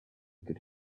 could